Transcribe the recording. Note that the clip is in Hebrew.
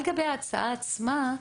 על גבי ההצעה עצמה,